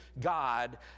God